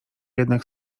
jednak